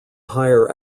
higher